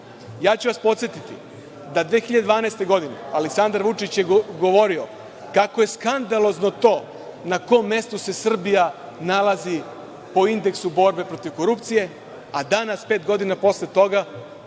vas da je 2012. godine Aleksandar Vučić govorio kako je skandalozno to na kom mestu se Srbija nalazi po indeksu borbe protiv korupcije, a danas pet godina posle toga